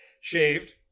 Shaved